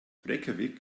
reykjavík